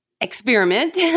experiment